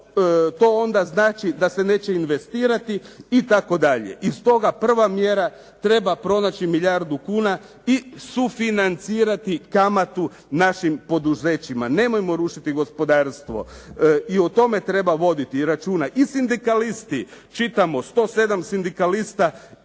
to onda znači da se neće investirati itd. I stoga prva mjera, treba pronaći milijardu kuna i sufinancirati kamatu našim poduzećima. Nemojmo rušiti gospodarstvo i o tome treba voditi računa i sindikalisti, čitamo 107 sindikalista